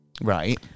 Right